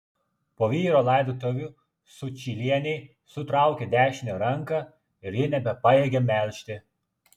po vyro laidotuvių sučylienei sutraukė dešinę ranką ir ji nebepajėgė melžti